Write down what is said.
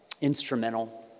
instrumental